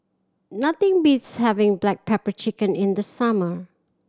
nothing beats having black pepper chicken in the summer